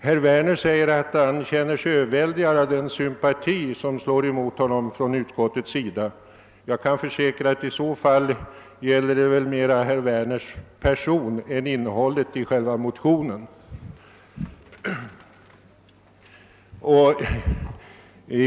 Herr talman! Herr Werner känner sig överväldigad av den sympati som slår emot honom från utskottets sida. Jag kan försäkra att denna sympati i så fall mera gäller herr Werners person än innehållet i själva motionen.